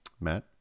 Matt